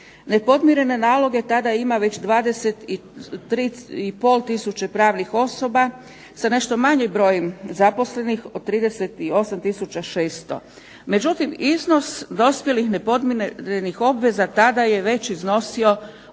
Nepodmirene naloge tada ima već 23 i pol tisuće pravnih osoba sa nešto manjim brojem zaposlenih od 38 tisuća 600. Međutim, iznos dospjelih nepodmirenih obveza tada je već iznosio